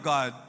God